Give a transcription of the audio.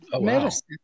medicine